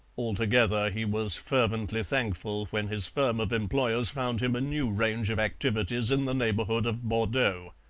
altogether, he was fervently thankful when his firm of employers found him a new range of activities in the neighbourhood of bordeaux.